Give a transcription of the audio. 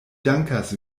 dankas